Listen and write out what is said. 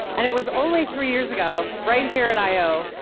and it was only three years ago, right here at i o,